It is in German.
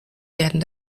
werden